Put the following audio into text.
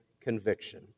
conviction